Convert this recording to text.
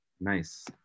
Nice